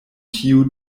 tiu